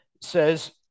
says